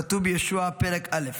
כתוב ביהושע פרק א'.